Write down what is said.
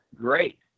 great